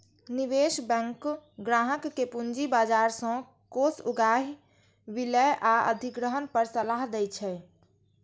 निवेश बैंक ग्राहक कें पूंजी बाजार सं कोष उगाही, विलय आ अधिग्रहण पर सलाह दै छै